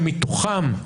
שמתוכם,